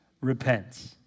Repents